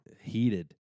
heated